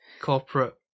corporate